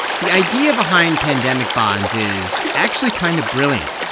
the idea behind pandemic bonds is actually kind of brilliant.